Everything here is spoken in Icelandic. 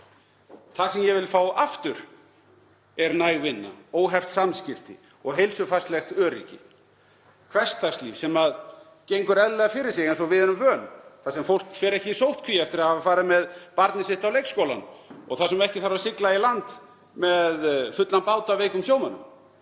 Það sem ég vil fá aftur er næg vinna, óheft samskipti og heilsufarslegt öryggi. Hversdagslíf sem gengur eðlilega fyrir sig, eins og við erum vön, þar sem fólk fer ekki í sóttkví eftir að hafa farið með barnið sitt á leikskólann og þar sem ekki þarf að sigla í land með fullan bát af veikum sjómönnum.